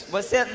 Você